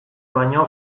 baino